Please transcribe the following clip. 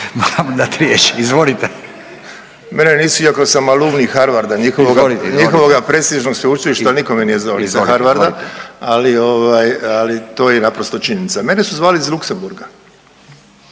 Mene nisu iako sam …/Govornik se ne razumije./… njihovog prestižnog sveučilišta nitko me nije zvao sa Harvarda, ali to je naprosto činjenica. Mene su zvali iz Luxembourga.